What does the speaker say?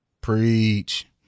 preach